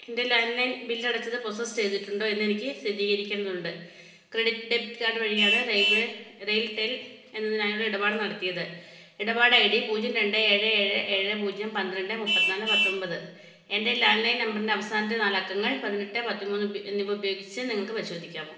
എൻ്റെ landline ബില്ലടച്ചത് process ചെയ്തിട്ടുണ്ടോ എന്ന് എനിക്ക് സ്ഥിരീകരിക്കേണ്ടതുണ്ട് ക്രെഡിറ്റ് ഡെബിറ്റ് കാർഡ് വഴിയാണ് റെയിൽ വേ റെയിൽ വേ എന്നതിനായുള്ള ഇടപാട് നടത്തിയത് ഇടപാട് ഐ ഡി പൂജ്യം രണ്ട് ഏഴ് ഏഴ് ഏഴ് പൂജ്യം പന്ത്രണ്ട് മുപ്പത്തി നാല് പത്തൊൻപത് എൻ്റെ ലാൻഡ് ലൈൻ നമ്പറിൻ്റെ അവസാനത്തെ നാലക്കങ്ങൾ പതിനെട്ട് പതിമൂന്ന് എന്നിവ ഉപയോഗിച്ച് നിങ്ങൾക്ക് പരിശോധിക്കാമോ